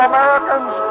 Americans